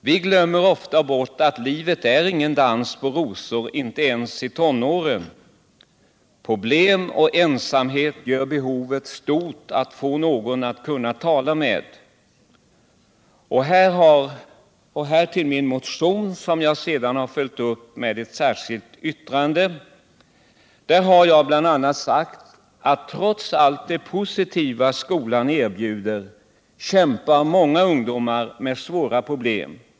Vi glömmer ofta bort att livet inte är någon dans på rosor, inte ens i tonåren. Problem och ensamhet gör behovet stort att få någon att kunna tala med. Och här kommer jag till min motion, som jag följt upp med ett särskilt yttrande. Där har jag bl.a. sagt att trots allt det positiva som skolan erbjuder kämpar många ungdomar med svåra problem.